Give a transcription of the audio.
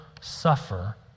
suffer